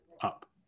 up